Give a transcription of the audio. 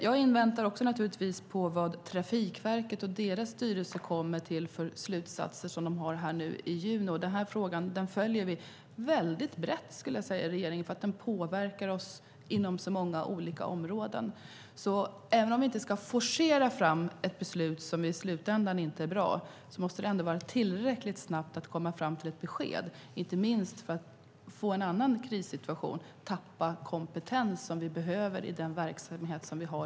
Jag väntar naturligtvis också på vad Trafikverket och deras styrelse kommer fram till för slutsatser nu i juni. Denna fråga följer vi väldigt brett i regeringen, för den påverkar inom så många olika områden. Vi ska inte forcera fram ett beslut som i slutändan inte är bra, men ett besked måste komma tillräckligt snabbt för att vi inte ska få en krissituation och tappa kompetens som vi behöver i den verksamhet vi har.